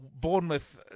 Bournemouth